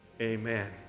amen